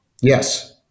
Yes